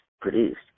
produced